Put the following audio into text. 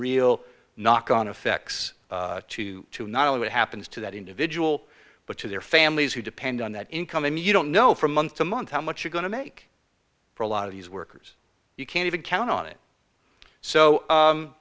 real knock on effects to not only what happens to that individual but to their families who depend on that income and you don't know from month to month how much you're going to make for a lot of these workers you can't even count on it so